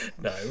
no